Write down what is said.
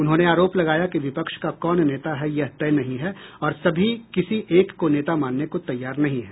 उन्होंने आरोप लगाया कि विपक्ष का कौन नेता है यह तय नहीं है और सभी किसी एक को नेता मानने को तैयार नहीं हैं